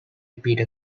peter